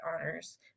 honors